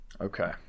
Okay